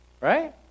Right